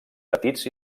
petits